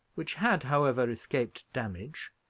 which had, however, escaped damage,